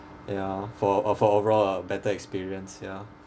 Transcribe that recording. ya for oh for overall a better experience ya